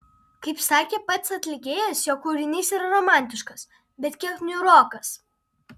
kaip sakė pats atlikėjas jo kūrinys yra romantiškas bet kiek niūrokas